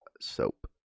soap